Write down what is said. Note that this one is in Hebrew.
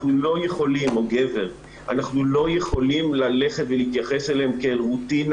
אנחנו לא יכולים ללכת ולהתייחס אליהם כאל רוטינה